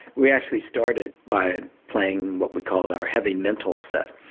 we actually started by playing what we called our heavy mental set.